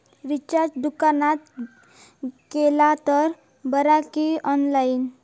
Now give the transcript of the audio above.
Recharge दुकानात केला तर बरा की ऑनलाइन?